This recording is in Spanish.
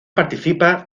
participa